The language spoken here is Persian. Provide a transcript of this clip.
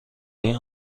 این